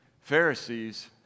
Pharisees